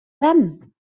them